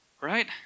Right